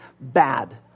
bad